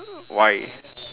why